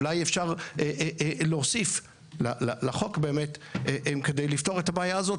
אולי אפשר להוסיף לחוק כדי לפתור את הבעיה הזאת,